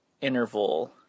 interval